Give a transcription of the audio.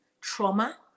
trauma